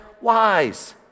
wise